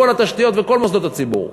כל התשתיות וכל מוסדות הציבור.